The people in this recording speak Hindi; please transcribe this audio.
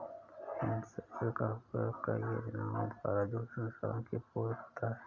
हिमशैल का उपयोग कई योजनाओं द्वारा जल संसाधन की पूर्ति करता है